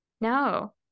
No